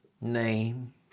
name